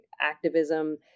activism